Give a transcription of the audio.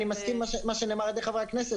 אני מסכים למה שנאמר על-ידי חברי הכנסת